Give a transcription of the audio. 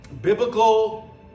biblical